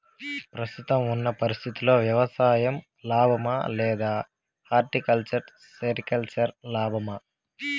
ప్రస్తుతం ఉన్న పరిస్థితుల్లో వ్యవసాయం లాభమా? లేదా హార్టికల్చర్, సెరికల్చర్ లాభమా?